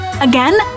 again